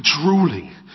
drooling